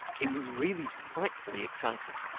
it was really frightfully exciting.